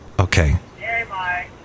Okay